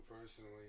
personally